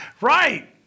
Right